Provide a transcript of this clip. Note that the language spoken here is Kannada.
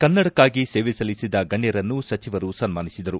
ಕನ್ನಡಕ್ಕಾಗಿ ಸೇವೆ ಸಲ್ಲಿಸಿದ ಗಣ್ಣರನ್ನು ಸಚಿವರು ಸನ್ನಾನಿಸಿದರು